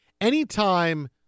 Anytime